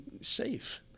safe